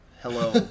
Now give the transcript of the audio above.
Hello